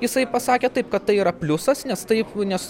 jisai pasakė taip kad tai yra pliusas nes taip nes